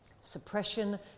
Suppression